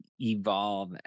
evolve